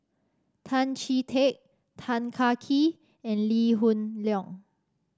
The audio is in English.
Tan Chee Teck Tan Kah Kee and Lee Hoon Leong